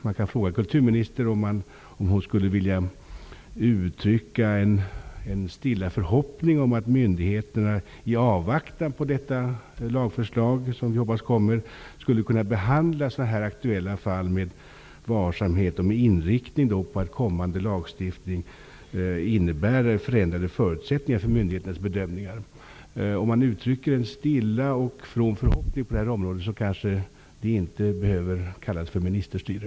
Jag undrar om kulturministern möjligen kan uttrycka en stilla förhoppning om att myndigheterna, i avvaktan på det lagförslag som vi hoppas kommer, behandlar sådana här fall med varsamhet, med tanke på att en kommande lagstiftning innebär förändrade förutsättningar för bedömningarna. Om hon uttrycker en stilla och from förhoppning kanske det inte behöver kallas ministerstyre.